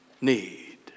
need